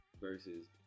versus